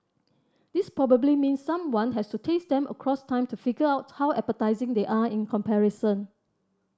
this probably means someone has to taste them across time to figure out how appetising they are in comparison